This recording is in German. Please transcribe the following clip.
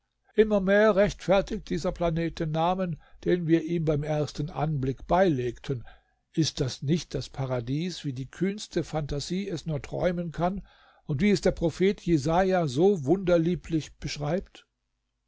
immer mehr rechtfertigt dieser planet den namen den wir ihm beim ersten anblick beilegten ist das nicht das paradies wie die kühnste phantasie es nur träumen kann und wie es der prophet jesaja so wunderlieblich beschreibt